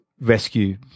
rescue